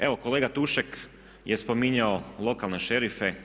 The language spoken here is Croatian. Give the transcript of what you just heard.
Evo kolega Tušek je spominjao lokalne šerife.